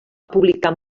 publicar